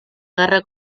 guerra